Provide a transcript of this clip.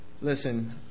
listen